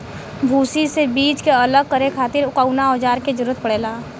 भूसी से बीज के अलग करे खातिर कउना औजार क जरूरत पड़ेला?